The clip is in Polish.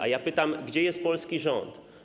A ja pytam: Gdzie jest polski rząd?